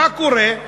מה קורה?